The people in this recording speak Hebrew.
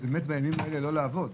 אז בימים האלה לא לעבוד.